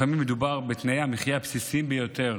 לפעמים מדובר בתנאי המחיה הבסיסיים ביותר,